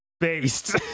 Based